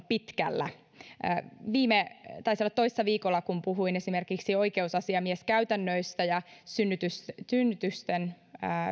pitkällä taisi olla toissa viikolla kun puhuin esimerkiksi oikeusasiamieskäytännöistä ja synnytysten synnytysten